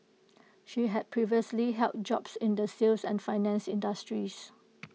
she had previously held jobs in the sales and finance industries